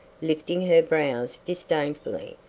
lifting her brows disdainfully.